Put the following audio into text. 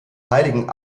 heiligen